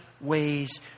ways